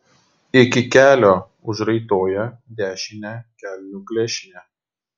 iki kelio užraitoja dešinę kelnių klešnę